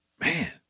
Man